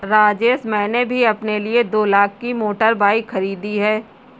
राजेश मैंने भी अपने लिए दो लाख की मोटर बाइक खरीदी है